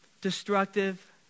destructive